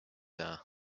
are